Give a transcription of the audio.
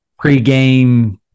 pregame